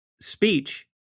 speech